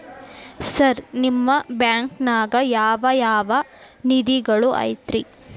Sir ನಿಮ್ಮ ಬ್ಯಾಂಕನಾಗ ಯಾವ್ ಯಾವ ನಿಧಿಗಳು ಐತ್ರಿ?